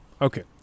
Okay